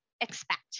expect